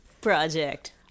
project